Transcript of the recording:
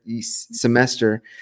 semester